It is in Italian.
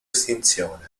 estinzione